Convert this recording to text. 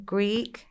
Greek